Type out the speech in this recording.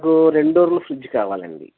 నాకు రెండు డోర్లు ఫ్రిడ్జ్ కావాలండి